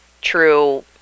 true